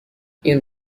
این